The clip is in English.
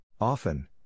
Often